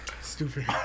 Stupid